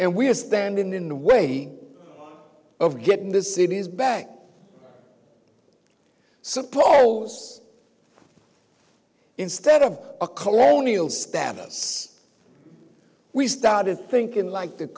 and we're standing in the way of getting the city's back suppose instead of a colonial status we started thinking like the